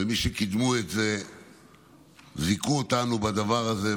ומי שקידמו את זה זיכו אותנו בדבר הזה,